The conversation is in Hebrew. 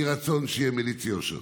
יהי רצון שיהיה מליץ יושר.